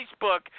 Facebook